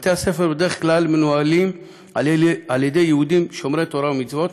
בדרך כלל בתי-הספר מנוהלים על-ידי יהודים שומרי תורה ומצוות,